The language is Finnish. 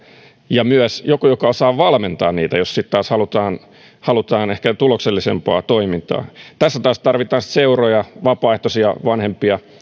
ja myös joku joka osaa valmentaa heitä jos taas halutaan halutaan ehkä tuloksellisempaa toimintaa tässä taas tarvitaan seuroja vapaaehtoisia vanhempia